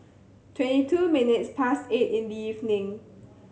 twenty two minutes past eight in the evening